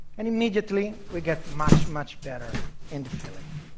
and immediately, we get much, much better in the feeling.